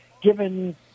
given